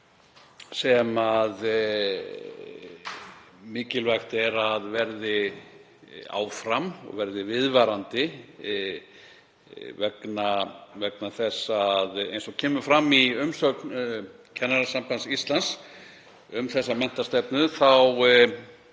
sem mikilvægt er að verði áfram og verði viðvarandi vegna þess að, eins og kemur fram í umsögn Kennarasambands Íslands um þessa menntastefnu,